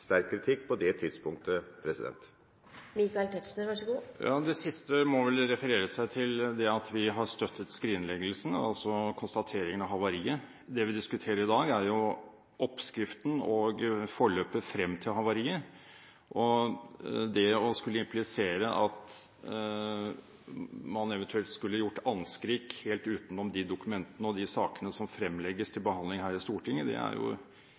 sterk kritikk på det tidspunktet? Det siste må vel referere seg til at vi har støttet skrinleggelsen, altså konstateringen av havariet. Det vi diskuterer i dag, er oppskriften og forløpet frem til havariet. Å implisere at man eventuelt skulle gjort anskrik helt utenom dokumentene og sakene som fremlegges til behandling her i Stortinget, er et litt spesielt krav til et parti. Vi diskuterer denne saken i dag fordi det er